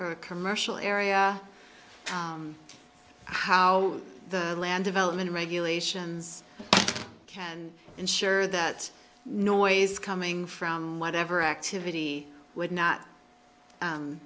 or commercial area how the land development regulations can ensure that noise coming from whatever activity would